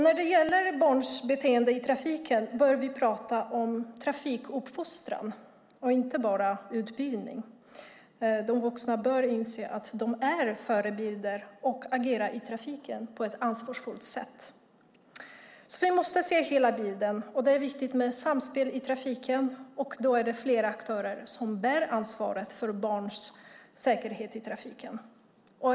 När det gäller barns beteende i trafiken bör vi tala om trafikuppfostran, inte bara om utbildning. Vuxna bör inse att de är förebilder och därför agera på ett ansvarsfullt sätt i trafiken. Vi måste alltså se hela bilden. Det är viktigt med samspel i trafiken, och då är det flera aktörer som bär ansvaret för barns säkerhet i trafiken.